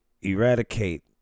eradicate